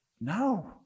No